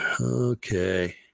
Okay